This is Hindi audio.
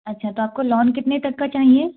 अच्छा तो आपको लोन कितने तक का चाहिए